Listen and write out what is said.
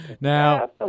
now